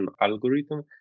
algorithm